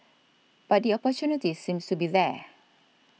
but the opportunity seems to be there